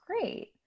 great